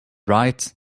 right